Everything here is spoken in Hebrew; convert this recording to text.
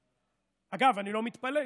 אגב, אני לא מתפלא,